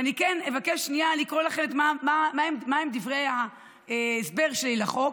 ואני כן אבקש שנייה לקרוא לכם מהם דברי ההסבר שלי לחוק,